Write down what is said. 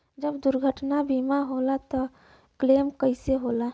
जब दुर्घटना बीमा होला त क्लेम कईसे होला?